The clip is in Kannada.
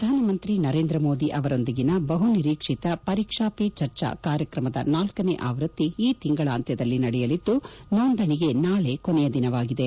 ಪ್ರಧಾನಮಂತ್ರಿ ನರೇಂದ್ರ ಮೋದಿ ಅವರೊಂದಿಗಿನ ಬಹು ನಿರೀಕ್ಷಿತ ಪರೀಕ್ಷಾ ಪೇ ಚರ್ಚಾ ಕಾರ್ಯಕ್ರಮದ ನಾಲ್ಕನೇ ಆವೃತ್ತಿ ಈ ತಿಂಗಳಾಂತ್ಯದಲ್ಲಿ ನಡೆಯಲಿದ್ದು ನೋಂದಣೆಗೆ ನಾಳೆ ಕೊನೆಯ ದಿನವಾಗಿದೆ